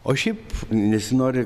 o šiaip nesinori